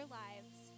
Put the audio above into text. lives